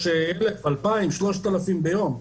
יש 3,000-1,000 ביום.